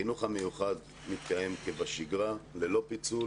החינוך המיוחד מתקיים כבשגרה ללא פיצול,